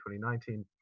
2019